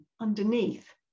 underneath